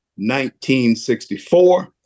1964